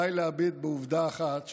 די להביט בעובדה אחת,